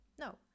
no